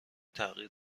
تغییر